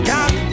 Got